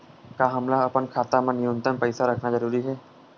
का हमला अपन खाता मा न्यूनतम पईसा रखना जरूरी हे?